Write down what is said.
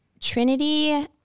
trinity